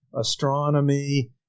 astronomy